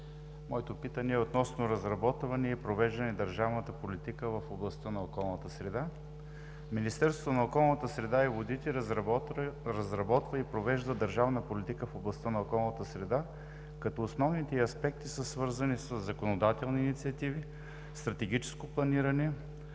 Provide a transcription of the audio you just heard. Моето питане е относно разработването и провеждане на държавната политика в областта на околната среда. Министерството на околната среда и водите разработва и провежда държавна политика в областта на околната среда като основните й аспекти са свързани със законодателни инициативи, стратегическо планиране,